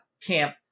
camp